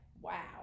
wow